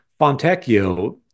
Fontecchio